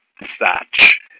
thatch